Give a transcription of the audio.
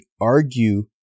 argue